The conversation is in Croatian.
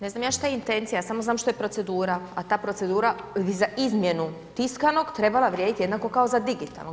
Ne znam ja što je intencija, ja samo znam što je procedura, a ta procedura ... za izmjenu tiskanog, trebala vrijediti jednako kao za digitalnog.